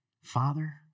Father